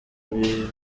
abiri